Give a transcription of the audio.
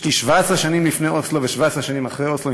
יש לי 17 שנים לפני אוסלו ו-17 שנים אחרי אוסלו,